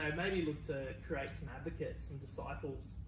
um maybe look to create some advocates, some disciples,